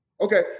okay